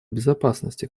безопасности